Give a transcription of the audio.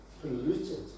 polluted